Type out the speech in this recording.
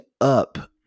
up